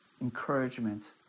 encouragement